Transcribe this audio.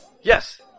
Yes